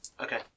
Okay